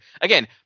Again